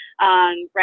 right